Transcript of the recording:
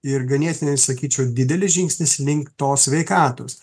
ir ganėtinai sakyčiau didelis žingsnis link tos sveikatos